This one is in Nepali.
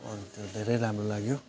अनि त्यो धेरै राम्रो लाग्यो